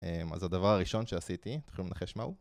אז הדבר הראשון שעשיתי, אתם יכולים לנחש מה הוא?